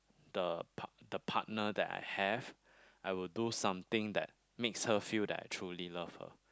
the part~ the partner that I have I will do something that makes her feel that I truly love her